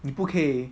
你不可以